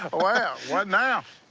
ah well, what now?